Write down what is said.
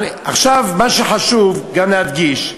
עכשיו, מה שחשוב גם להדגיש,